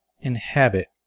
inhabit